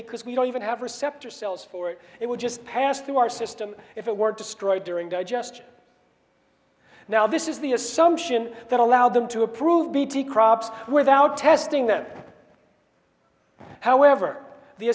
because we don't even have receptor cells for it it would just pass through our system if it weren't destroyed during digestion now this is the assumption that allow them to approve bt crops without testing them however the